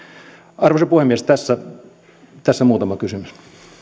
arvoisa puhemies tässä tässä muutama kysymys